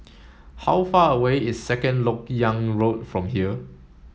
how far away is Second Lok Yang Road from here